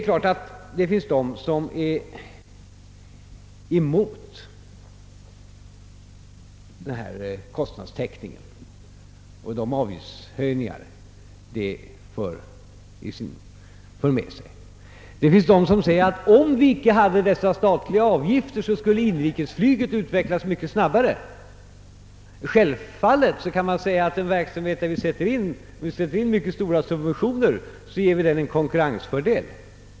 Visst finns det folk som är emot en kostnadstäckning på detta område och de avgiftshöjningar som den för med sig. Det finns också de som säger, att om vi inte hade dessa statliga avgifter, så skulle inrikesflyget utvecklas mycket snabbare. Självfallet får den verksamhet, som vi ger stora subventioner, en konkurrensfördel.